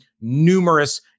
numerous